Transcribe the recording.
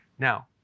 Now